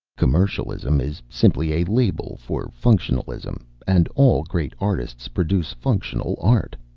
commercialism is simply a label for functionalism, and all great artists produce functional art.